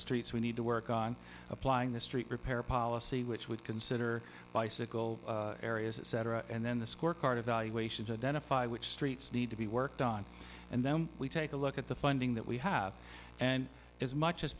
streets we need to work on applying the street repair policy which would consider bicycle areas etc and then the scorecard evaluation to identify which streets need to be worked on and then we take a look at the funding that we have and as much as